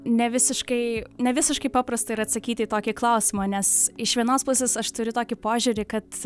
nevisiškai nevisiškai paprasta yra atsakyti į tokį klausimą nes iš vienos pusės aš turiu tokį požiūrį kad